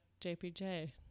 JPJ